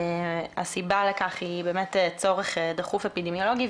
הסיבה לכך היא באמת צורך דחוף אפידמיולוגי.